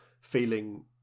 feeling